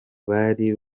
bari